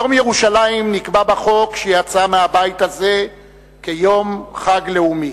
יום ירושלים נקבע בחוק שיצא מהבית הזה כיום חג לאומי.